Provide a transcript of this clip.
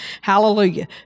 Hallelujah